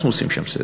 אנחנו עושים שם סדר.